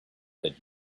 that